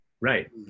Right